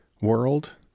world